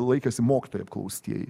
laikėsi mokytojai apklaustieji